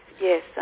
Yes